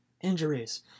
injuries